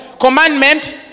Commandment